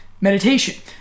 meditation